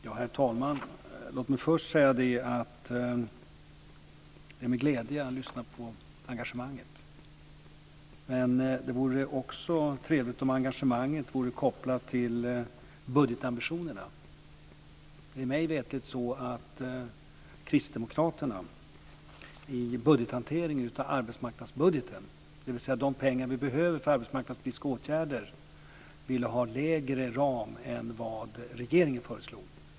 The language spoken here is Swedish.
Herr talman! Låt mig först säga att det är med glädje jag lyssnar på engagemanget. Det vore också trevligt om engagemanget vore kopplat till budgetambitionerna. Det är mig veterligt så att kristdemokraterna i budgethanteringen av arbetsmarknadsbudgeten, dvs. de pengar som vi behöver för arbetsmarknadspolitiska åtgärder, ville ha en lägre ram än vad regeringen föreslog.